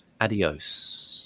adios